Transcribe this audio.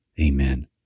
Amen